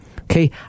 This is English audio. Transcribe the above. Okay